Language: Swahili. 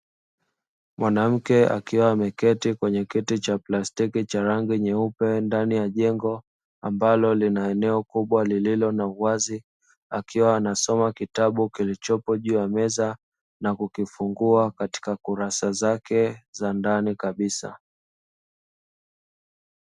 Mwanamke, akiwa ameketi kwenye kiti cha plastiki cha rangi nyeupe ndani ya jengo ambalo lina eneo kubwa lenye uwazi, ambaye akiwa anasoma kitabu kilichopo juu ya meza na kikifungua katika kurasa zake za ndani kabisa.